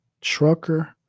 Trucker